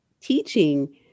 teaching